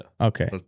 Okay